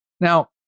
Now